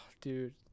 Dude